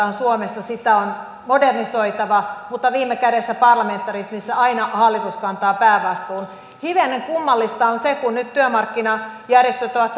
on sopimusyhteiskunta ja sitä on modernisoitava mutta viime kädessä parlamentarismissa aina hallitus kantaa päävastuun hivenen kummallista on se että kun nyt työmarkkinajärjestöt ovat